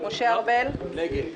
משה ארבל, נגד.